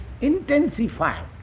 intensified